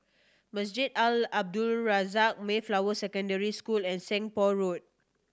Masjid Al Abdul Razak Mayflower Secondary School and Seng Poh Road